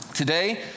Today